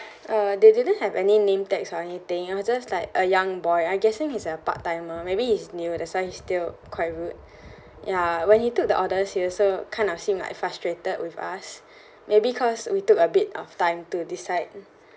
uh they didn't have any name tags or anything it was just like a young boy I'm guessing he's a part timer maybe he's new that's why he's still quite rude ya when he took the orders he also kind of seemed like frustrated with us maybe cause we took a bit of time to decide